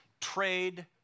trade